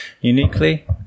uniquely